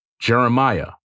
Jeremiah